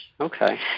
Okay